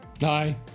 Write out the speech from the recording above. Hi